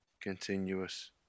continuous